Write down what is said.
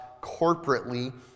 corporately